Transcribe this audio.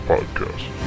Podcast